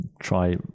try